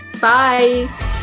Bye